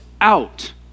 out